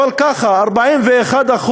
אבל ככה, 41%,